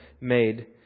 made